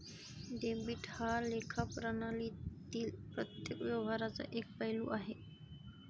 debit हा लेखा प्रणालीतील प्रत्येक व्यवहाराचा एक पैलू आहे